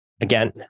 again